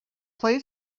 play